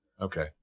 okay